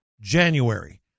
January